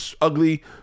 ugly